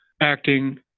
acting